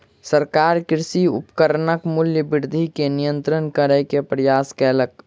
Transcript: सरकार कृषि उपकरणक मूल्य वृद्धि के नियंत्रित करै के प्रयास कयलक